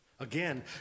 Again